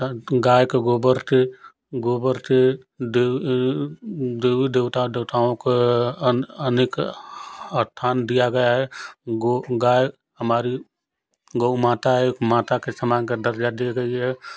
गाय के गोबर के गोबर के देवी देवी देवता देवताओं को अन अनेक स्थान दिया गया है गो गाय हमारी गौ माता है एक माता के समान दर्जा दी गई है